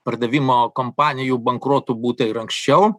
pardavimo kompanijų bankrotų būta ir anksčiau